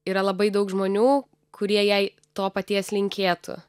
yra labai daug žmonių kurie jai to paties linkėtų